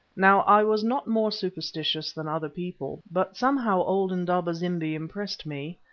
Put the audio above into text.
now i was not more superstitious than other people, but somehow old indaba-zimbi impressed me.